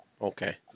okay